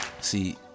See